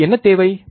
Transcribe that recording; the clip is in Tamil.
நமக்கு என்ன தேவை